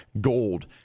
gold